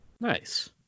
Nice